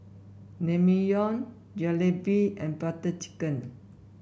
Naengmyeon Jalebi and Butter Chicken